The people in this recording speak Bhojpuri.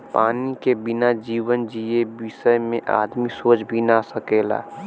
पानी के बिना जीवन जिए बिसय में आदमी सोच भी न सकेला